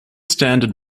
standard